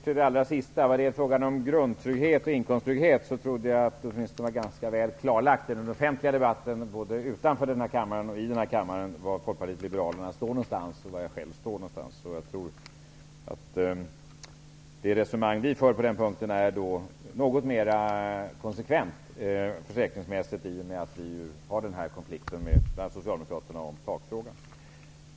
Herr talman! I fråga om grundtrygghet och inkomsttrygghet trodde jag att det var ganska väl klarlagt i den offentliga debatten både utanför och i den här kammaren var Folkpartiet liberalerna och jag själv står. Det resonemang vi för på den punkten är något mer konsekvent försäkringsmässigt. Det visar konflikten bland socialdemokraterna om takfrågan.